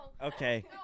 Okay